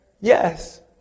Yes